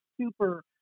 super